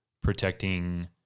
protecting